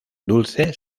dulce